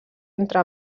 entre